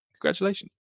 Congratulations